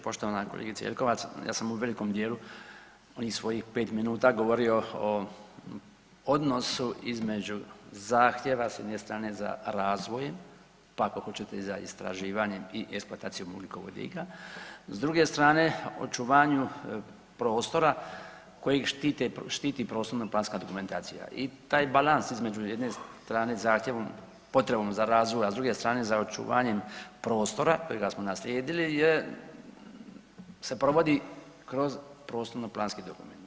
Poštovana kolegice Jelkovac ja sam u velikom dijelu onih svojih 5 minuta govorio o odnosu između zahtjeva s jedne strane za razvojem, pa ako hoćete za istraživanjem i eksploatacijom ugljikovodika, s druge strane očuvanju prostora kojeg štite, štiti prostorno planska dokumentacija i taj balans između jedne strane zahtjevom, potrebom za razvoj, a s druge strane za očuvanjem prostora kojega smo naslijedili je, se provodi kroz prostorno planski dokument.